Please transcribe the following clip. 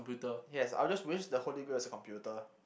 yes I would just use the holy grail as the computer